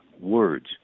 words